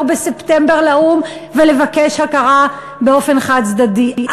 בספטמבר לאו"ם ולבקש הכרה באופן חד-צדדי.